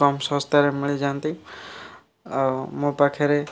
କମ୍ ଶସ୍ତା ରେ ମିଳିଯାନ୍ତି ଆଉ ମୋ ପାଖେରେ